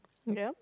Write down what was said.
yup